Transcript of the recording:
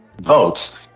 votes